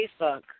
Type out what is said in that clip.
Facebook